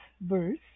verse